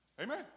Amen